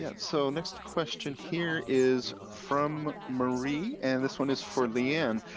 and so next question here is from marie and this one is for lee ann.